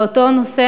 באותו נושא,